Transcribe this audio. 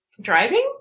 Driving